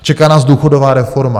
Čeká nás důchodová reforma.